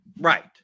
right